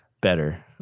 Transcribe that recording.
better